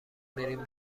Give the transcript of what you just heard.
میریم